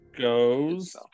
goes